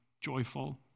joyful